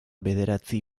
bederatzi